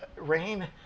rain